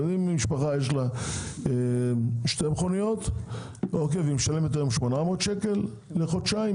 כלומר אם משפחה יש לה שתי מכוניות והיא משלמת היום 800 שקל לחודשיים,